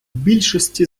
більшості